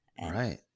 right